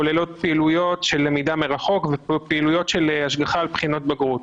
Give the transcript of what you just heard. הן כוללות פעילויות של למידה מרחוק ופעילויות של השגחה על בחינות בגרות.